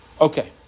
Okay